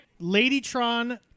Ladytron